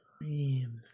Dreams